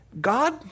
God